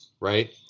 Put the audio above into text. Right